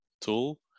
tool